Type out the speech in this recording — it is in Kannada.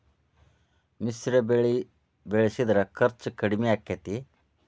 ಮಿಶ್ರ ಬೆಳಿ ಬೆಳಿಸಿದ್ರ ಖರ್ಚು ಕಡಮಿ ಆಕ್ಕೆತಿ?